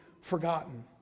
forgotten